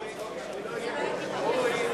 גברתי היושבת-ראש,